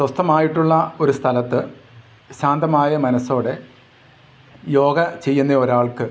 സ്വസ്ഥമായിട്ടുള്ള ഒരു സ്ഥലത്ത് ശാന്തമായ മനസ്സോടെ യോഗ ചെയ്യുന്ന ഒരാൾക്ക്